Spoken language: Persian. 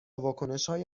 واکنشهای